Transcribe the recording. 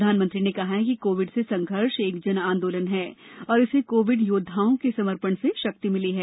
प्रधानमंत्री ने कहा कि कोविड से संघर्ष एक जन आंदोलन है और इसे कोविड योद्वाओं के समर्पण से शक्ति मिली है